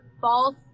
false